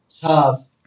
tough